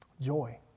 Joy